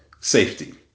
safety